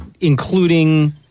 including